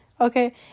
okay